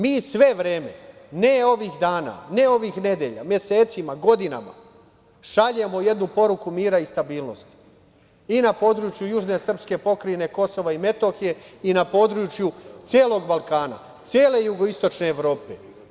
Mi sve vreme, ne ovih dana, ne ovih nedelja, mesecima i godinama šaljemo jednu poruku mira i stabilnosti i na području južne srpske pokrajine Kosova i Metohije, i na području celog Balkana, cele jugoistočne Evrope.